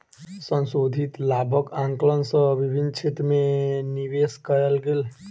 संशोधित लाभक आंकलन सँ विभिन्न क्षेत्र में निवेश कयल गेल